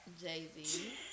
Jay-Z